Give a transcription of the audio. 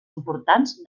importants